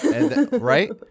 Right